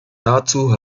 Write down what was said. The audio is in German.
dazu